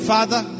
Father